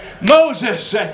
Moses